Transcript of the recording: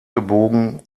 gebogen